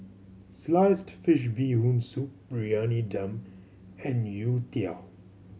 sliced fish Bee Hoon Soup Briyani Dum and youtiao